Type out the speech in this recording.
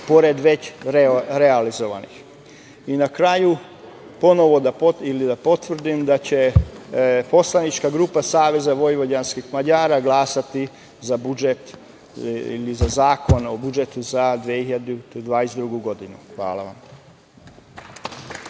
pored već realizovanih. Na kraju, ponovo da potvrdim da će poslanička grupa SVM glasati za budžet, tj. za Zakon o budžetu za 2022. godinu. Hvala vam.